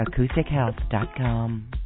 AcousticHealth.com